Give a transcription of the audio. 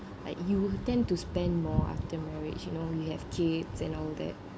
like you will tend to spend more after marriage you know you have kids and all that